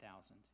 thousand